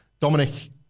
Dominic